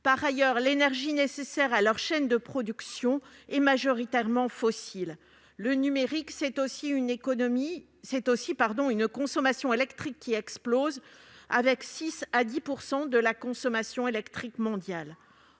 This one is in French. Par ailleurs, l'énergie nécessaire à leur chaîne de production est majoritairement fossile. Le numérique, c'est aussi une consommation électrique qui explose, avec 6 à 10 % de la consommation électrique mondiale.